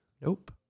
Nope